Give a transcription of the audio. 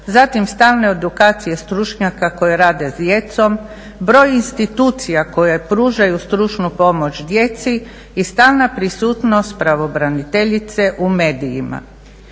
zatim stalne edukacije stručnjaka koji rade s djecom, broj institucija koje pružaju stručnu pomoć djeci i stalna prisutnost pravobraniteljice u medijima.